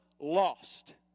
lost